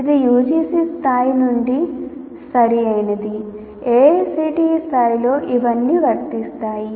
ఇది UGC స్థాయి నుండి సరైనది AICTE స్థాయిలో ఇవన్నీ వర్తిస్తాయి